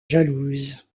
jalouse